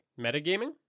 metagaming